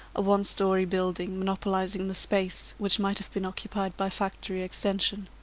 a one-storey building, monopolising the space which might have been occupied by factory extension.